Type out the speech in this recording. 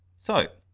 so,